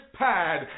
pad